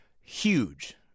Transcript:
huge